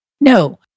No